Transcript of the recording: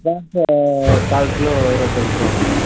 திராட்சை கால் கிலோ இருபத்தஞ்சி ரூவாங்க அம்மா